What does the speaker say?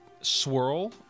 swirl